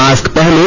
mask पहनें